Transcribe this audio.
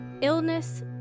illness